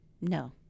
No